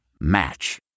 Match